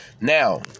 Now